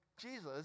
Jesus